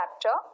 chapter